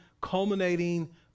culminating